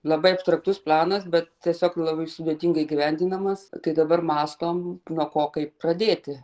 labai abstraktus planas bet tiesiog labai sudėtingai įgyvendinamas kai dabar mąstom nuo ko kaip pradėti